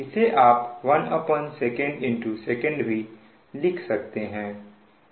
इसे आप 1SecSec भी लिख सकते हैं